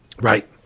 right